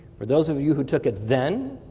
for those of you who took it then,